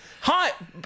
Hi